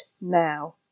now